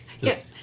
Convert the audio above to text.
Yes